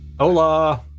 hola